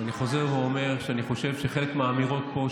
אני חוזר ואומר שאני חושב שחלק מהאמירות פה,